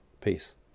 peace